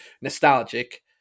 nostalgic